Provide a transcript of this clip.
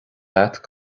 agat